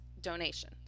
donation